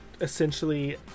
essentially